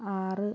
ആറ്